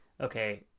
okay